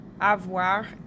avoir